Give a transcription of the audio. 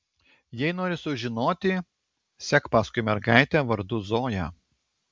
jei nori sužinoti sek paskui mergaitę vardu zoja